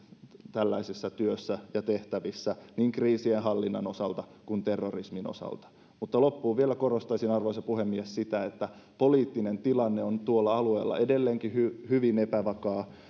tällaisessa työssä ja näissä tehtävissä niin kriisienhallinnan osalta kuin terrorismin osalta mutta lopuksi vielä korostaisin arvoisa puhemies sitä että kun poliittinen tilanne on tuolla alueella edelleenkin hyvin epävakaa